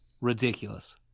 Ridiculous